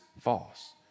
false